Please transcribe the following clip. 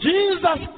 Jesus